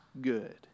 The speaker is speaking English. good